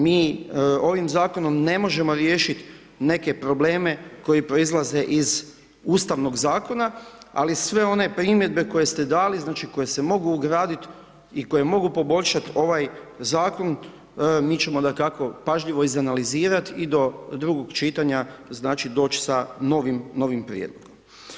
Mi ovim zakonom ne možemo riješiti neke probleme koji proizlaze iz Ustavnog zakona ali sve one primjedbe koje ste dali znači koje se mogu ugradit i koje mogu poboljšat ovaj zakon mi ćemo dakako pažljivo iz analizirat i do drugo čitanja znači doć sa novim, novim prijedlogom.